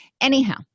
Anyhow